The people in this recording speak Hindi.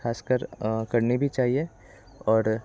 खासकर करने भी चाहिए और